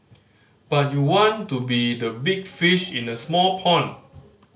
but you want to be the big fish in a small pond